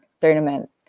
tournament